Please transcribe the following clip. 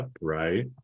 right